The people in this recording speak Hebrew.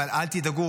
אבל אל תדאגו,